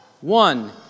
One